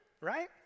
right